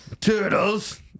Turtles